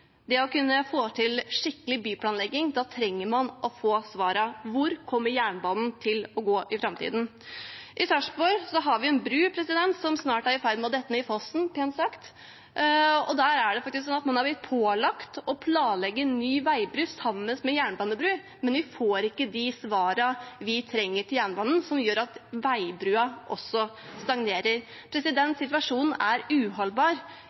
å kunne få til næringsutbygging og skikkelig byplanlegging trenger man å få svar: Hvor kommer jernbanen til å gå i framtiden? I Sarpsborg har vi en bru som snart er i ferd med å dette ned i fossen, pent sagt, og man har faktisk blitt pålagt å planlegge ny veibru sammen med jernbanebru. Men vi får ikke de svarene vi trenger med hensyn til jernbanen, og det gjør at arbeidet med veibrua også stagnerer. Situasjonen er uholdbar.